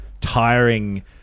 tiring